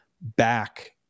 back